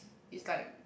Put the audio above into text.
is like